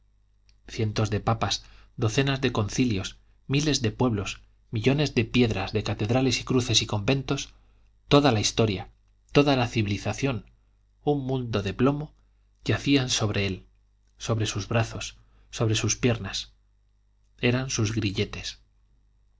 cientos de papas docenas de concilios miles de pueblos millones de piedras de catedrales y cruces y conventos toda la historia toda la civilización un mundo de plomo yacían sobre él sobre sus brazos sobre sus piernas eran sus grilletes